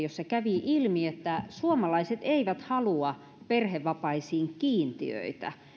jossa kävi ilmi että suomalaiset eivät halua perhevapaisiin kiintiöitä